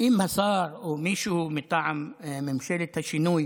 אם השר או מישהו מטעם ממשלת השינוי,